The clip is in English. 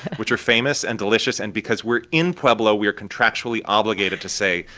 which are famous and delicious and, because we're in pueblo, we are contractually obligated to say,